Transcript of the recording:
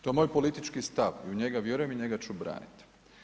To je moj politički stav i u njega vjerujem i njega ću branit.